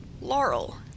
Laurel